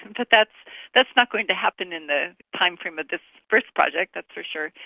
but that's that's not going to happen in the timeframe of this first project, that's for sure.